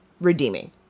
redeeming